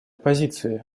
позиции